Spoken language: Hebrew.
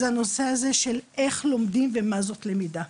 הוא הנושא הזה של איך לומדים ומה היא למידה.